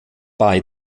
bei